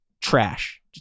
trash